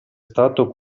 stato